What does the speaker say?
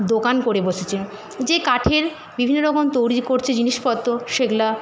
দোকান করে বসেছে যে কাঠের বিভিন্ন রকম তৌরি করচে জিনিসপত্ত সেগুলা